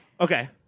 Okay